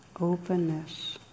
openness